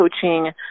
coaching